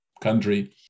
country